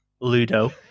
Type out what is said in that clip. Ludo